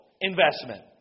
investment